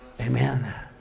Amen